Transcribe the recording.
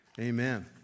amen